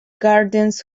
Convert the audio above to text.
gardens